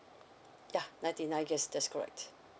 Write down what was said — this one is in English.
ya ninety nine years that's correct